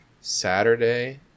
Saturday